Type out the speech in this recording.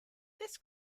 this